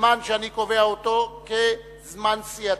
זמן שאני קובע אותו כזמן סיעתי.